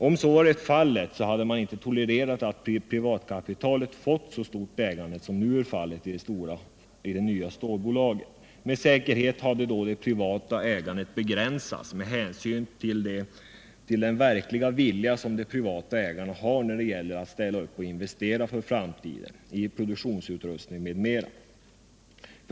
Om så varit fallet hade man inte tolererat att privatkapitalet fått så stort ägande i det nya stålbolaget: Med säkerhet hade då det privata ägandet begränsats med hänsyn till den verkliga vilja som de privata ägarna har när det gäller att ställa upp och investera för framtiden i produktionsutrustning m.m.